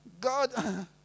God